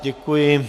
Děkuji.